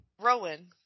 Rowan